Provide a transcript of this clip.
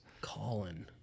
colin